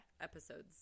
episodes